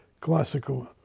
classical